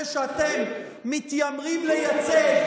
זה שאתם מתיימרים לייצג,